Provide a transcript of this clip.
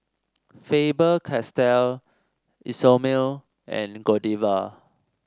Faber Castell Isomil and Godiva